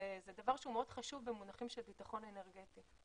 זה דבר מאוד חשוב במונחים של ביטחון אנרגטי.